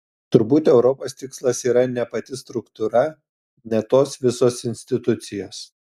turbūt europos tikslas yra ne pati struktūra ne tos visos institucijos